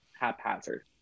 haphazard